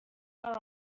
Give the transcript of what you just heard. are